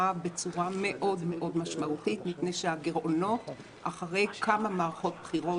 בצורה מאוד מאוד משמעותית מפני שהגירעונות אחרי כמה מערכות בחירות,